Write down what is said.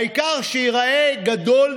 העיקר שייראה גדול,